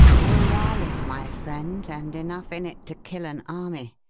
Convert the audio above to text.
woorali, my friend and enough in it to kill an army.